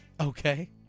Okay